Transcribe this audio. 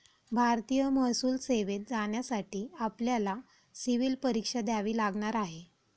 भारतीय महसूल सेवेत जाण्यासाठी आपल्याला सिव्हील परीक्षा द्यावी लागणार आहे